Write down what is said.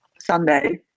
Sunday